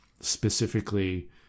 specifically